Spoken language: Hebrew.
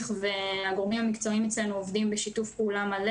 הגורמים המקצועיים אצלנו עובדים בשיתוף פעולה מלא